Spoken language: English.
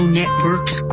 networks